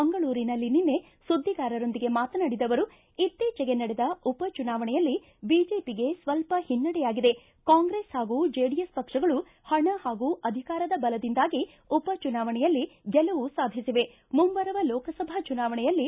ಮಂಗಳೂರಿನಲ್ಲಿ ನಿನ್ನೆ ಸುದ್ವಿಗಾರರೊಂದಿಗೆ ಮಾತನಾಡಿದ ಅವರು ಇತ್ತೀಚೆಗೆ ನಡೆದ ಉಪ ಚುನಾವಣೆಯಲ್ಲಿ ಬಿಜೆಪಿಗೆ ಸ್ವಲ್ಪ ಹಿನ್ನಡೆಯಾಗಿದೆ ಕಾಂಗ್ರೆಸ್ ಹಾಗೂ ಚೆಡಿಎಸ್ ಪಕ್ಷಗಳು ಹಣ ಹಾಗೂ ಅಧಿಕಾರದ ಬಲದಿಂದಾಗಿ ಉಪ ಚುನಾವಣೆಯಲ್ಲಿ ಗೆಲುವು ಸಾಧಿಸಿವೆ ಮುಂಬರುವ ಲೋಕಸಭಾ ಚುನಾವಣೆಯಲ್ಲಿ